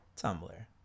Tumblr